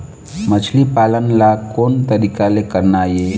मछली पालन ला कोन तरीका ले करना ये?